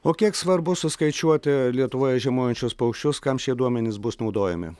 o kiek svarbu suskaičiuoti lietuvoje žiemojančius paukščius kam šie duomenys bus naudojami